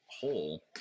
hole